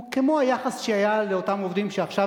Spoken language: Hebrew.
הוא כמו היחס שהיה לאותם עובדים שעכשיו,